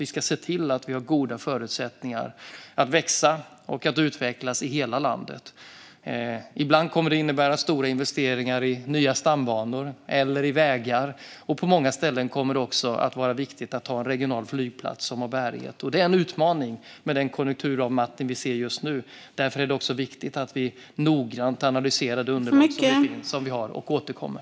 Vi ska se till att det finns goda förutsättningar att växa och utvecklas i hela landet. Ibland kommer detta att innebära stora investeringar i nya stambanor eller vägar. På många ställen kommer det också att vara viktigt att ha en regional flygplats som har bärighet. Det är en utmaning med den konjunkturavmattning vi ser just nu. Därför är det viktigt att vi noggrant analyserar det underlag vi har och återkommer.